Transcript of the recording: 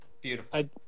Beautiful